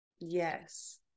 Yes